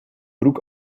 broek